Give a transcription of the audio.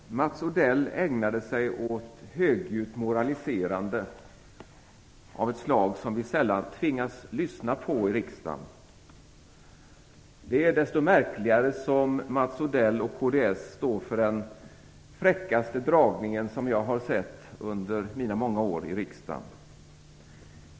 Fru talman! Mats Odell ägnade sig åt högljutt moraliserande av ett slag som vi sällan tvingas lyssna till i riksdagen. Det är desto märkligare som Mats Odell och kds står för den fräckaste dragning som jag har sett under mina många år i riksdagen.